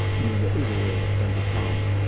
you know, there is a way that can be found,